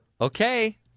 Okay